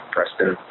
Preston